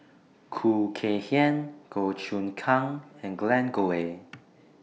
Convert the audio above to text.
Khoo Kay Hian Goh Choon Kang and Glen Goei